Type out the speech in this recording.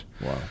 wow